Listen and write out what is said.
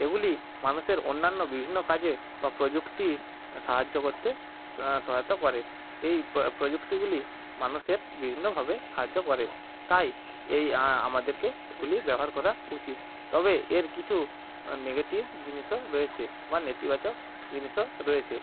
এগুলি মানুষের অন্যান্য বিভিন্ন কাজে বা প্রযুক্তির সাহায্য করতে সহায়তা করে এই প্রযুক্তিগুলি মানুষের বিভিন্নভাবে সাহায্য করে তাই এই আমাদেরকে এগুলি ব্যবহার করা উচিত তবে এর কিছু নেগেটিভ জিনিসও রয়েছে বা নেতিবাচক জিনিসও রয়েছে